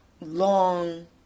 long